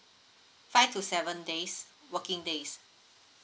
five to seven days working days